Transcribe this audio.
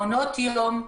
מעונות יום,